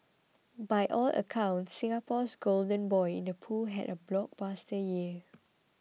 by all accounts Singapore's golden boy in the pool had a blockbuster year